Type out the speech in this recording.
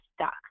stuck